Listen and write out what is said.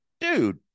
dude